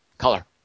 Color